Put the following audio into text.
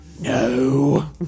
No